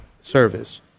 service